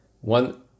One